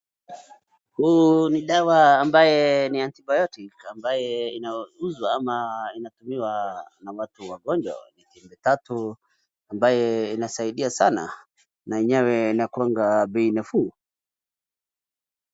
Huu ni dawa ambaye ni anti-biotic ambaye inauzwa ama inatumiwa na watu wagonjwa. Ni tembe tatu ambaye inasaidia sana na enyewe inakuanga bei nafuu.